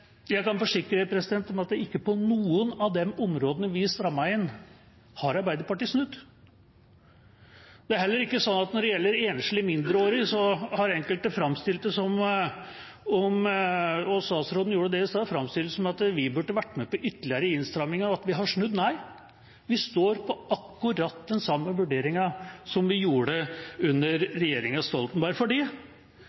Jeg kan forsikre om at ikke på noen av de områdene vi strammet inn, har Arbeiderpartiet snudd. Når det gjelder enslige mindreårige, har enkelte framstilt det som om – statsråden gjorde det i stad – vi burde vært med på ytterligere innstramminger, og at vi har snudd. Nei, vi står på akkurat den samme vurderingen som vi gjorde under